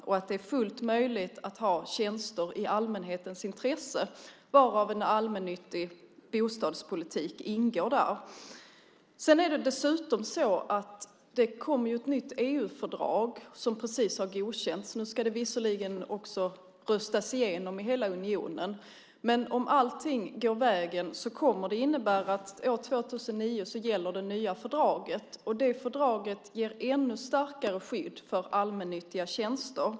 Det är fullt möjligt att ha tjänster i allmänhetens intresse, och en allmännyttig bostadspolitik ingår där. Det kommer ett nytt EU-fördrag som precis har godkänts. Nu ska det visserligen också röstas igenom i hela unionen. Men om allting går vägen kommer det att innebära att år 2009 gäller det nya fördraget. Det fördraget ger ännu starkare skydd för allmännyttiga tjänster.